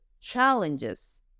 challenges